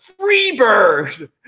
Freebird